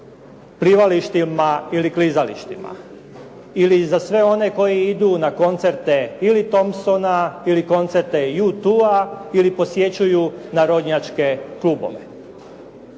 plivalištima ili klizalištima. Ili za sve one koji idu na koncerte ili Thompsona ili koncerte U2 ili posjećuju narodnjačke klubove.